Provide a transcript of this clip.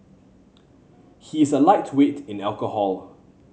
he is a lightweight in alcohol